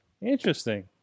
Interesting